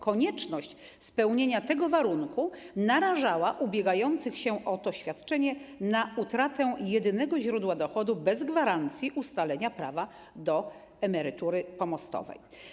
Konieczność spełnienia tego warunku narażała ubiegających się o to świadczenie na utratę jedynego źródła dochodu bez gwarancji ustalenia prawa do emerytury pomostowej.